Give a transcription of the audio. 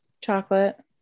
chocolate